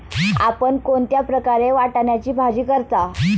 आपण कोणत्या प्रकारे वाटाण्याची भाजी करता?